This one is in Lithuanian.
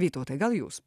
vytautai gal jūs